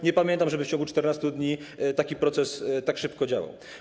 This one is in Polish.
Nie pamiętam, żeby w ciągu 14 dni taki proces tak szybko działał.